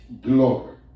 glory